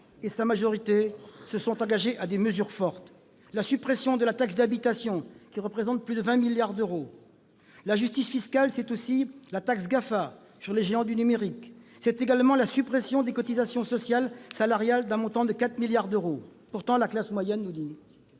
et sa majorité se sont engagés sur des mesures fortes : la suppression de la taxe d'habitation, qui représente plus de 20 milliards d'euros. La justice fiscale, c'est aussi la taxe GAFA, sur les géants du numérique. C'est également la suppression des cotisations sociales salariales d'un montant de 4 milliards d'euros. Pourtant, la classe moyenne nous dit